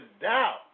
doubt